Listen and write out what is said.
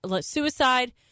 suicide